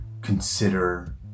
consider